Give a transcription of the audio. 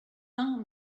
arm